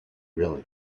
really